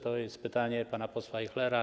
To jest pytanie pana posła Ajchlera.